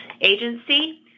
agency